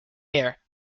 year